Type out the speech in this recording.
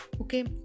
okay